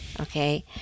Okay